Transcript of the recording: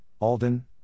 Alden